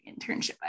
internship